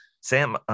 Sam